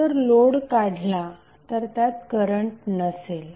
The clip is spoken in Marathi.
जर लोड काढला तर त्यात करंट नसेल